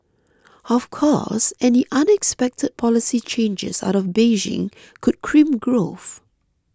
of course any unexpected policy changes out of Beijing could crimp growth